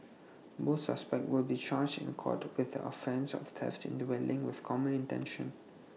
both suspects will be charged in court with the offence of theft in dwelling with common intention